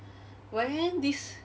but then this